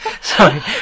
Sorry